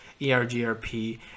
ERGRP